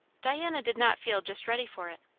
diana did not feel just ready for it.